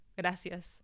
gracias